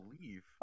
believe